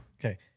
okay